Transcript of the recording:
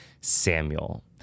Samuel